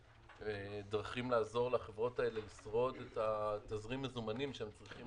ודרכים לעזור לחברות האלה לשרוד את תזרים המזומנים שהם צריכים